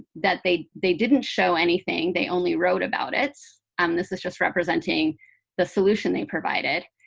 that they they didn't show anything. they only wrote about it. um this is just representing the solution they provided.